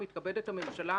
מתכבדת הממשלה,